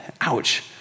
ouch